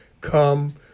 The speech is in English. come